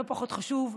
לא פחות חשוב,